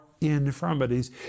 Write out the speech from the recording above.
infirmities